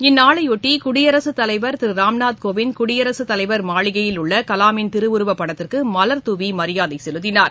இந்நாளைபொட்டி குடியரகத் தலைவர் திரு ராம்நாத் கோவிந்த் குடியரசுத் தலைவர் மாளிகையில் உள்ள கலாமின் திருவுருவப்படத்திற்கு மலர்தூவி மரியாதை செலுத்தினார்